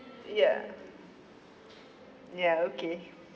ya ya okay